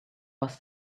was